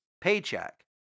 paycheck